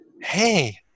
hey